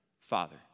Father